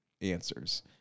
answers